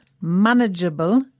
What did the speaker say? manageable